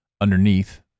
underneath